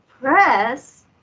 press